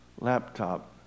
laptop